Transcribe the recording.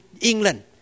England